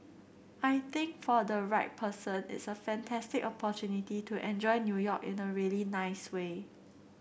I think for the right person it's a fantastic opportunity to enjoy New York in a really nice way